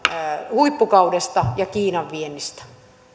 huippukaudesta ja kiinan viennistä